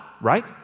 right